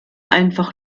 einfach